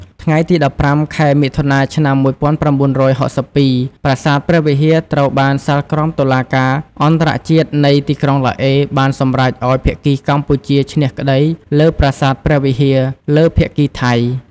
ថ្ងៃទី១៥ ខែមិថុនា ឆ្នាំ១៩៦២ ប្រាសាទព្រះវិហារត្រូវបានសាលក្រមតុលាការអន្តរជាតិនៃទីក្រុងឡាអេ បានសម្រេចឱ្យភាគីកម្ពុជាឈ្នះក្តីលើប្រាសាទព្រះវិហារ លើភាគីថៃ។